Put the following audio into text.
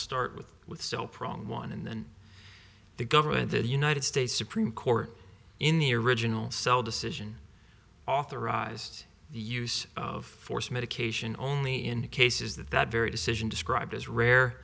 start with with so prong one in then the government the united states supreme court in the original cell decision authorized the use of force medication only in cases that that very decision described as rare